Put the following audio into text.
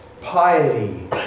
piety